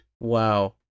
wow